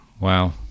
wow